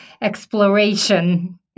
exploration